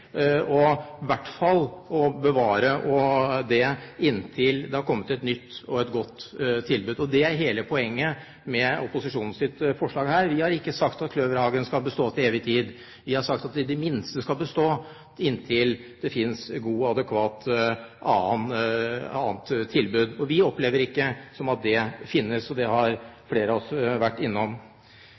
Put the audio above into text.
hvert fall bevare det inntil det har kommet et nytt og godt tilbud. Det er hele poenget med opposisjonens forslag her. Vi har ikke sagt at Kløverhagen skal bestå til evig tid. Vi har sagt at det i det minste skal bestå inntil det finnes et godt og adekvat annet tilbud. Vi opplever ikke at det finnes, og det har flere av oss vært innom.